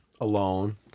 alone